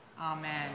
amen